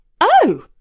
Oh